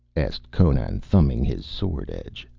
asked conan, thumbing his sword edge.